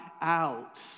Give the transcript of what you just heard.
out